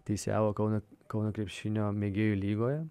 teisėjavo kauno kauno krepšinio mėgėjų lygoje